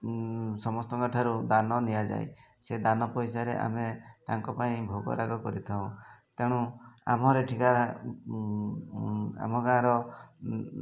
ସମସ୍ତଙ୍କ ଠାରୁ ଦାନ ନିଆଯାଏ ସେ ଦାନ ପଇସାରେ ଆମେ ତାଙ୍କ ପାଇଁ ଭୋଗରାଗ କରିଥାଉ ତେଣୁ ଆମର ଏଠିକାର ଆମ ଗାଁ'ର